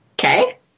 Okay